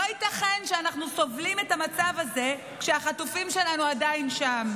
לא ייתכן שאנחנו סובלים את המצב הזה כשהחטופים שלנו עדיין שם.